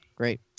Great